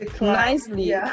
Nicely